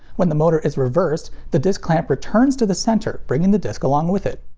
when the motor is reversed, the disc clamp returns to the center, bringing the disc along with it.